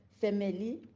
family